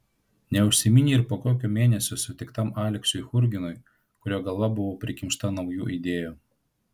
neužsiminei ir po kokio mėnesio sutiktam aleksiui churginui kurio galva buvo prikimšta naujų idėjų